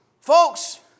Folks